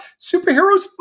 superheroes